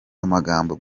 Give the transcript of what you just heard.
amagambo